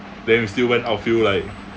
then we still went outfield like